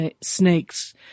snakes